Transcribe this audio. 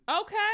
Okay